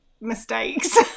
mistakes